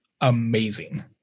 amazing